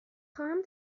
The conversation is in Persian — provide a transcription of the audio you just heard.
خواهم